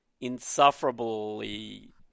insufferably –